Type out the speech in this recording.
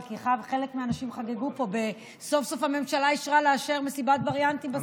כי חלק מהאנשים חגגו פה וסוף-סוף הממשלה אישרה מסיבת וריאנטים בסילבסטר,